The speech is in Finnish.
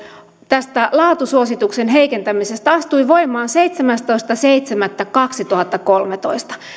tästä laatusuosituksen heikentämisestä astui voimaan seitsemästoista seitsemättä kaksituhattakolmetoista